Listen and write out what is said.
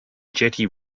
jetty